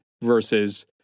versus